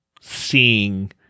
seeing